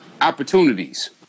opportunities